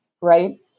Right